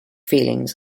feelings